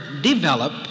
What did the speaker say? develop